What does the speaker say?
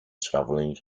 traveling